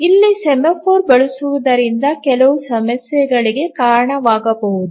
ಇಲ್ಲಿ ಸೆಮಾಫೋರ್ ಬಳಸುವುದರಿಂದ ಕೆಲವು ಸಮಸ್ಯೆಗಳಿಗೆ ಕಾರಣವಾಗಬಹುದು